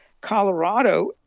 Colorado